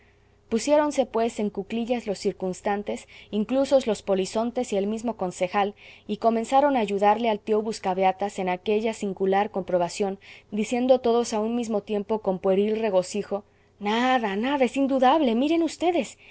calabazas pusiéronse pues en cuclillas los circunstantes inclusos los polizontes y el mismo concejal y comenzaron a ayudarle al tío buscabeatas en aquella singular comprobación diciendo todos a un mismo tiempo con pueril regocijo nada nada es indudable miren